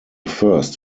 first